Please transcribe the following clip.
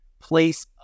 place